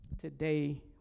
today